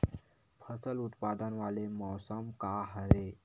फसल उत्पादन वाले मौसम का हरे?